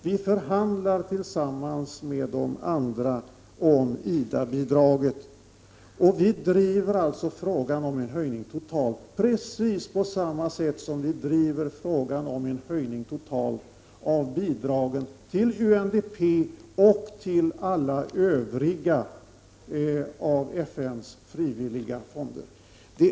Vi förhandlar tillsammans med de andra om IDA-bidraget, och vi driver alltså frågan om en höjning totalt — precis på samma sätt som vi driver frågan om en höjning totalt av bidragen till UNDP och till FN:s alla övriga frivilliga fonder.